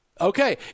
okay